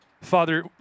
Father